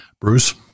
Bruce